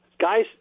guys